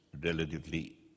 relatively